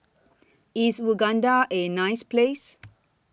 IS Uganda A nice Place